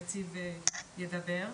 יציב ידבר.